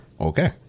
Okay